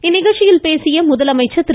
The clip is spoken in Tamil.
இந்நிகழ்ச்சியில் பேசிய முதலமைச்சர் திரு